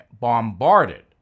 bombarded